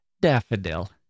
Daffodil